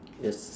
yes